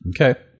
Okay